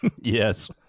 Yes